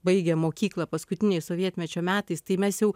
baigia mokyklą paskutiniais sovietmečio metais tai mes jau